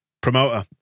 promoter